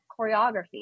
choreography